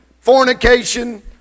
fornication